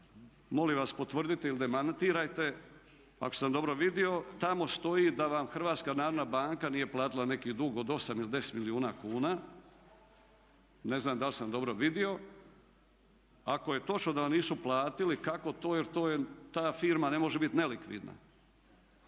molim vas potvrdite ili demantirajte. Ako sam dobro vidio tamo stoji da vam Hrvatska narodna banka nije platila neki dug od 8 ili 10 milijuna kuna. Ne znam da li sam dobro vidio. Ako je točno da vam nisu platili kako to, jer to je, ta firma ne može bit nelikvidna.